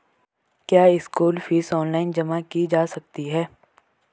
क्या school fees online जमा की जा सकती है?